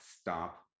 stop